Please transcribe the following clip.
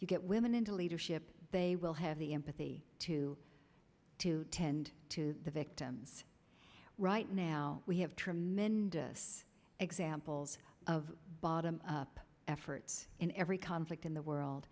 you get women into leadership they will have the empathy to to tend to the victims right now we have tremendous examples of bottom up efforts in every conflict in the world